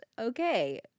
Okay